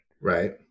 Right